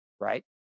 right